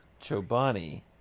Chobani